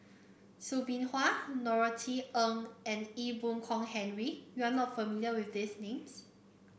Soo Bin Chua Norothy Ng and Ee Boon Kong Henry you are not familiar with these names